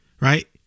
Right